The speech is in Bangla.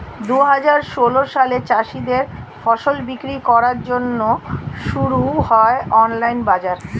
দুহাজার ষোল সালে চাষীদের ফসল বিক্রি করার জন্যে শুরু হয় অনলাইন বাজার